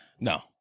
No